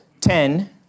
ten